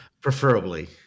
Preferably